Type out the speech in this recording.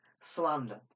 slander